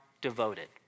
devoted